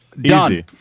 done